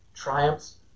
triumphs